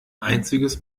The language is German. einziges